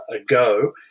ago